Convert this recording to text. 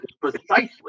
precisely